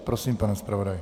Prosím, pane zpravodaji.